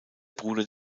bruder